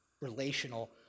relational